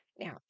Now